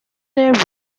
their